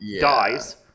dies